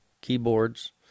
keyboards